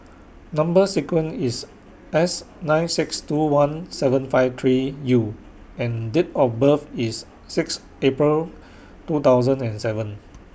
Number sequence IS S nine six two one seven five three U and Date of birth IS six April two thousand and seven